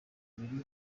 mubiri